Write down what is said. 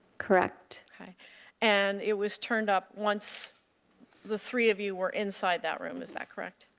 correct. okay and it was turned up once the three of you were inside that room, is that correct?